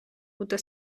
бути